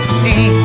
see